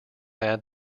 had